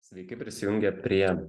sveiki prisijungę prie